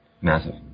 Massive